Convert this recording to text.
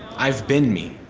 i've been me.